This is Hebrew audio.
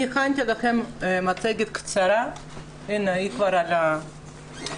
אני הכנתי לכם מצגת קצרה והיא כבר על המסך.